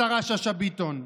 השרה שאשא ביטון,